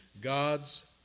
God's